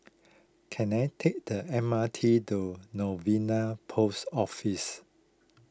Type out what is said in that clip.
can I take the M R T to Novena Post Office